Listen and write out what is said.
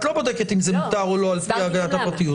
את לא בודקת אם זה מותר או לא על-פי הגנת הפרטיות.